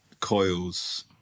coils